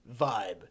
vibe